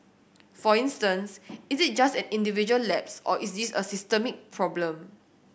for instance is it just an individual lapse or is this a systemic problem